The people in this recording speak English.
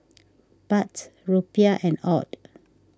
Baht Rupiah and Aud